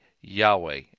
Yahweh